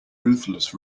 ruthless